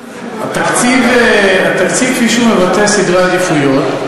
התקציב, כפי שהוא מבטא סדרי עדיפויות,